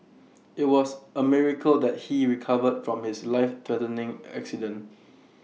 IT was A miracle that he recovered from his lifethreatening accident